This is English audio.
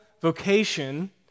vocation